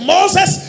Moses